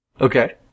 Okay